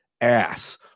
ass